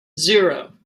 zero